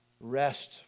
rest